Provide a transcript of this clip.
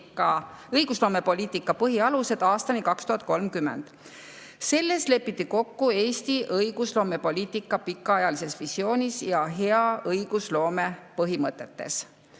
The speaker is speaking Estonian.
"Õigusloomepoliitika põhialused aastani 2030". Selles lepiti kokku Eesti õigusloomepoliitika pikaajalises visioonis ja hea õigusloome põhimõtetes."